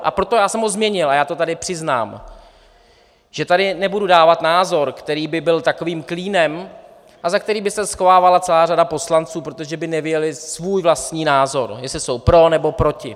A proto já jsem ho změnil a já to tady přiznám, že tady nebudu dávat názor, který by byl takovým klínem a za který by se schovávala celá řada poslanců, protože by nevyjevili svůj vlastní názor, jestli jsou pro, nebo proti.